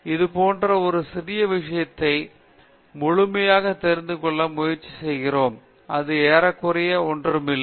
இது போன்ற ஒரு சிறிய விஷயத்தை பற்றி முழுமையாக தெரிந்துகொள்ள முயற்சி செய்கிறோம் அது ஏறக்குறைய ஒன்றும் இல்லை